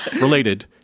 Related